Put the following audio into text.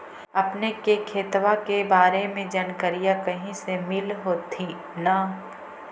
अपने के खेतबा के बारे मे जनकरीया कही से मिल होथिं न?